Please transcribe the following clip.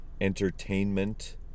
entertainment